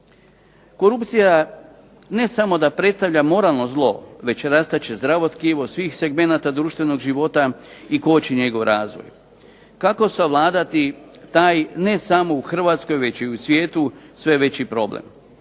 Korupcija ne samo da predstavlja moralno zlo, već rastače zdravo tkivo svih segmenata društvenog života i koči njegov razvoj. Kako savladati taj ne samo u Hrvatskoj, već i u svijetu sve veći problem.